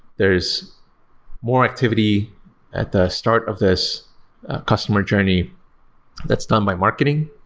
there's more activity at the start of this customer journey that's done by marketing,